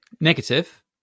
Negative